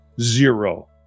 zero